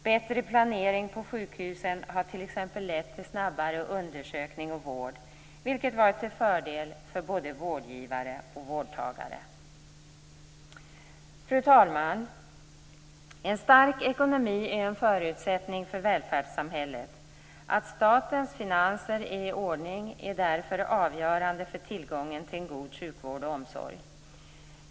Bättre planering på sjukhusen har t.ex. lett till snabbare undersökning och vård, vilket varit till fördel för både vårdgivare och vårdtagare. Fru talman! En stark ekonomi är en förutsättning för välfärdssamhället. Att statens finanser är i ordning är därför avgörande för tillgången till en god sjukvård och omsorg.